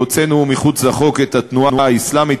והוצאנו אל מחוץ לחוק את התנועה האסלאמית,